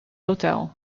hotel